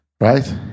Right